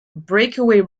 breakaway